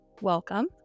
welcome